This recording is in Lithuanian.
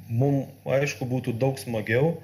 mum aišku būtų daug smagiau